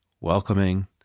welcoming